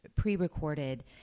pre-recorded